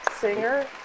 singer